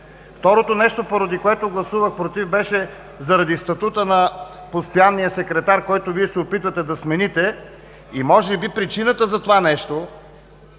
Второто нещо, поради което гласувах против, беше заради статута на постоянния секретар, който Вие се опитвате да смените. Може би причината за това нещо